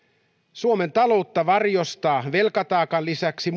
suomen taloutta varjostavat velkataakan lisäksi